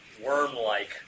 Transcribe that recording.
worm-like